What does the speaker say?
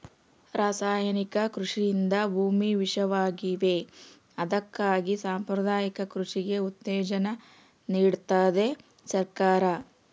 ರಾಸಾಯನಿಕ ಕೃಷಿಯಿಂದ ಭೂಮಿ ವಿಷವಾಗಿವೆ ಅದಕ್ಕಾಗಿ ಸಾಂಪ್ರದಾಯಿಕ ಕೃಷಿಗೆ ಉತ್ತೇಜನ ನೀಡ್ತಿದೆ ಸರ್ಕಾರ